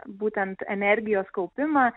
būtent energijos kaupimą